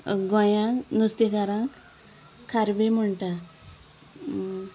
गोंयांत नुस्तेंकारांक खारबी म्हणटा